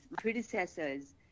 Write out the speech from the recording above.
predecessors